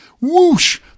whoosh